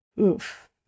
Oof